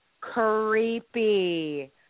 creepy